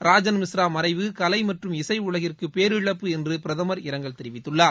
ராஜன் மிஸ்ரா மறைவு கலை மற்றும் இசை உலகிற்கு பேரிழப்பு என்று பிரதமர் இரங்கல் தெரிவித்துள்ளார்